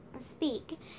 speak